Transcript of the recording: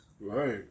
Right